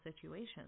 situations